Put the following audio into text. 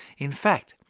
in fact,